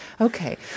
Okay